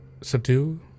subdue